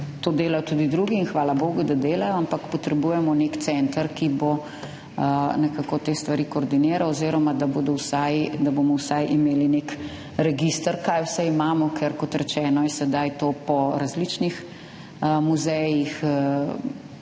To delajo tudi drugi in hvala bogu, da delajo, ampak potrebujemo nek center, ki bo nekako te stvari koordiniral oziroma da bomo vsaj imeli nek register, kaj vse imamo. Ker kot rečeno, je sedaj to po različnih muzejih,